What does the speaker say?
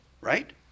right